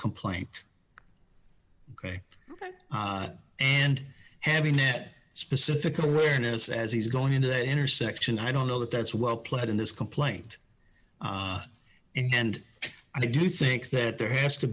complaint gray and having that specific awareness as he's going into that intersection i don't know that that's well played in this complaint and i do think that there has to